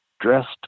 dressed